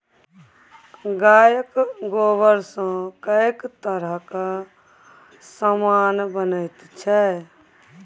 गायक गोबरसँ कैक तरहक समान बनैत छै